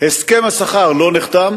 ועדיין הסכם השכר לא נחתם,